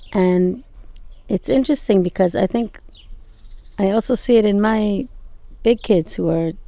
and it's interesting because i think i also see it in my big kids who are,